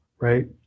right